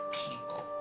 people